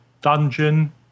dungeon